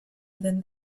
within